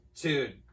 Dude